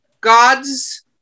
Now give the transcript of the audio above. gods